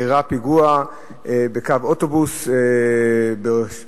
אירע פיגוע בקו אוטובוס בשדרות-שזר,